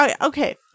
Okay